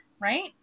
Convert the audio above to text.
Right